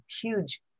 huge